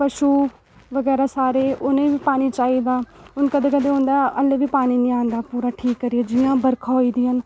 पशू बगैरा सारे उ'नें ई बी पानी चाहिदा हून कदें कदें होंदा हाल्ली बी पानी निं औंदा पूरा ठीक करयै जियां बरखा होई दियां न